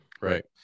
Right